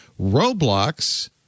Roblox